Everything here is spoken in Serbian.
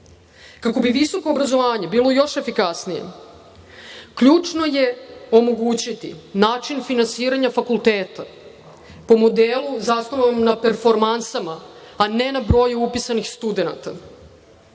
Kako bi visoko obrazovanje bilo još efikasnije, ključno je omogućiti način finansiranja fakulteta, po modelu zasnovanom na performansama, a ne na broju upisanih